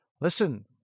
listen